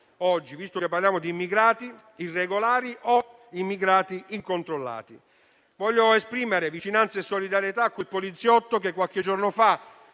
visto che parliamo di immigrati irregolari o immigrati incontrollati. Vorrei esprimere vicinanza e solidarietà a quel poliziotto che qualche giorno fa,